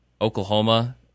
Oklahoma